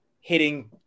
hitting